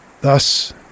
Thus